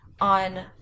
on